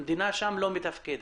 המדינה שם לא מתפקדת.